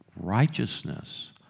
Righteousness